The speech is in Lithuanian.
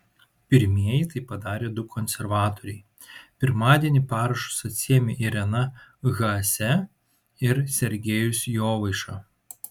pirmieji tai padarė du konservatoriai pirmadienį parašus atsiėmė irena haase ir sergejus jovaiša